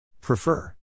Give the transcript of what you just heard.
Prefer